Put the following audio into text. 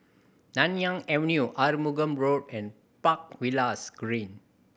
Nanyang Avenue Arumugam Road and Park Villas Green